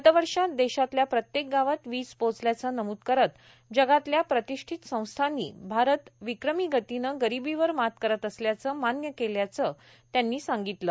गत वर्षात देशातल्या प्रत्येक गावात वीज पोचल्याचं नमूद करत जगातल्या प्रतिष्ठित संस्थांनी भारत विक्रमी गतीनं गरिबीवर मात करत असल्याचं मान्य केल्याचं त्यांनी सांगितलं